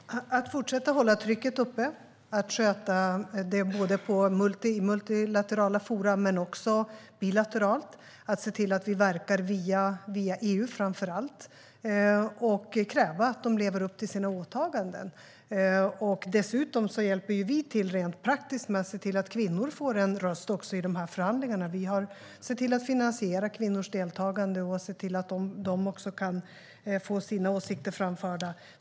Herr talman! Det handlar om att fortsätta hålla trycket uppe, att sköta detta i multilaterala forum men även bilateralt, att se till att vi verkar framför allt via EU och att kräva att de lever upp till sina åtaganden. Dessutom hjälper vi till rent praktiskt med att se till att kvinnor också får en röst i dessa förhandlingar. Vi har sett till att finansiera kvinnors deltagande och har sett till att de också kan få sina åsikter framförda.